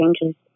changes